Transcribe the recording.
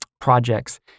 projects